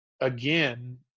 again